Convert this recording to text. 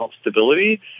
stability